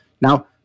now